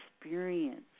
experience